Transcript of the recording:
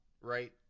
right